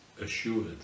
assured